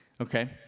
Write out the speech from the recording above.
Okay